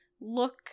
look